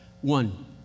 One